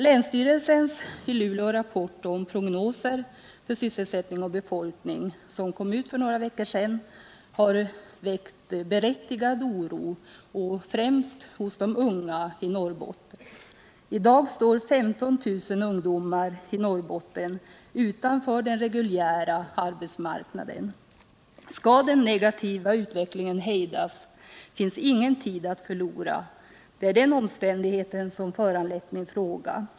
Länsstyrelsens i Luleå rapport om prognoser för sysselsättning och befolkning, som kom ut för några veckor sedan, har väckt berättigad oro — främst bland de unga i Norrbotten. I dag står 15 000 ungdomar i Norrbotten utanför den reguljära arbetsmarknaden. Skall den negativa utvecklingen hejdas är ingen tid att förlora. Det är den omständigheten som har föranlett min fråga.